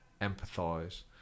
empathise